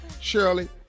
Shirley